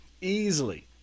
easily